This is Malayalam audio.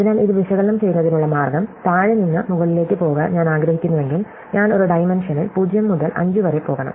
അതിനാൽ ഇത് വിശകലനം ചെയ്യുന്നതിനുള്ള മാർഗ്ഗം താഴെ നിന്ന് മുകളിലേക്ക് പോകാൻ ഞാൻ ആഗ്രഹിക്കുന്നുവെങ്കിൽ ഞാൻ ഒരു ഡൈമെൻഷനിൽ 0 മുതൽ 5 വരെ പോകണം